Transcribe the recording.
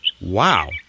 wow